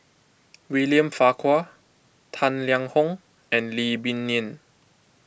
William Farquhar Tang Liang Hong and Lee Boon Ngan